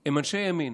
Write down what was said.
הם אנשי ימין.